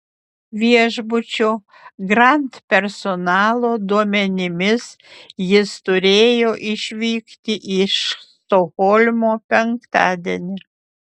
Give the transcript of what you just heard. viešbučio grand personalo duomenimis jis turėjo išvykti iš stokholmo penktadienį